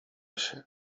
się